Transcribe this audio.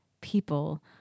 people